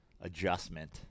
adjustment